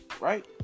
right